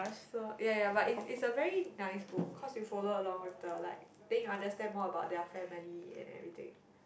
so ya ya but it's it's a very nice book cause you follow along with the like then you understand more about their family and everything